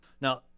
Now